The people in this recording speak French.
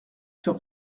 sur